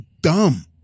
dumb